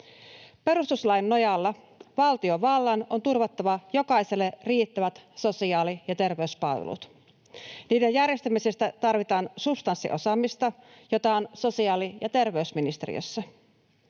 Perustuslain nojalla valtiovallan on turvattava jokaiselle riittävät sosiaali- ja terveyspalvelut. Niiden järjestämisessä tarvitaan substanssiosaamista, jota on sosiaali- ja terveysministeriössä.